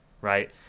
right